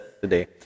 today